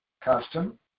custom